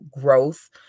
growth